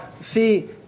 see